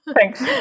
Thanks